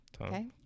Okay